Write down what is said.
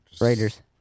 Raiders